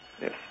Yes